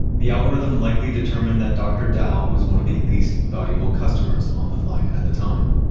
the algorithm likely determined that dr. dao was one of the least valuable customers on the flight at the time